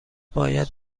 باید